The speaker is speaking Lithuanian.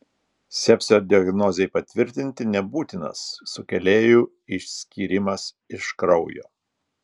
sepsio diagnozei patvirtinti nebūtinas sukėlėjų išskyrimas iš kraujo